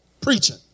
preaching